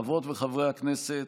חברות וחברי הכנסת,